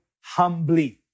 humbly